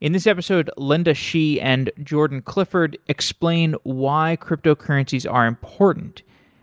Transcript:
in this episode, linda xie and jordan clifford explain why crypto currencies are important